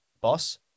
boss